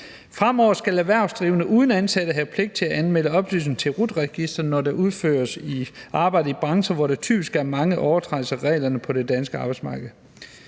Fremover skal erhvervsdrivende uden ansatte have pligt til at anmelde og oplyse det til RUT-registeret, når der udføres arbejde i brancher, hvor der typisk er mange overtrædelser af reglerne på det danske arbejdsmarked.